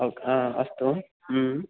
okay अस्तु ह्म्